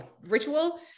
ritual